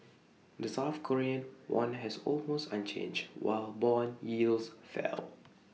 the south Korean won has almost unchanged while Bond yields fell